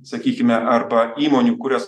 sakykime arba įmonių kurias